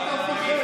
מה אתה מפחד?